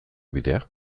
bidea